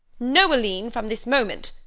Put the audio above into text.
noeline from this moment!